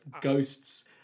ghosts